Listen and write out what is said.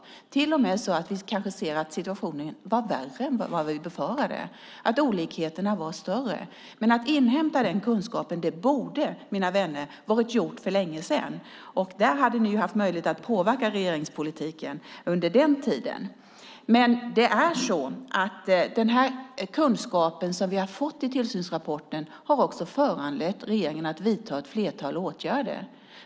Det är till och med så att vi kanske ser att situationen var värre än vi befarade, att olikheterna var större. Men den kunskapen, mina vänner, borde ha inhämtats för länge sedan. Där hade ni haft möjlighet att påverka regeringspolitiken. Den kunskap som vi har fått genom tillsynsrapporten har föranlett regeringen att vidta ett flertal åtgärder.